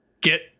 get